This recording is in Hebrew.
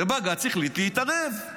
ובג"ץ החליט להתערב.